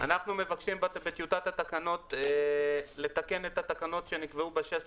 אנחנו מבקשים בטיוטת התקנות לתקן את התקנות שנקבעו ב-16